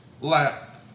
lap